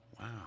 Wow